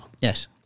Yes